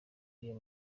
iyo